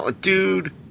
dude